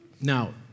Now